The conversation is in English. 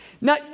Now